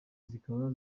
zikaba